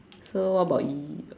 so what about you